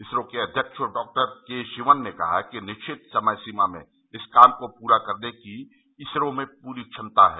इसरो के अध्यक्ष doctor K Sivan ने कहा कि निश्चित समय सीमा में इस काम को पूरा करने की इसरो में पूरी क्षमता है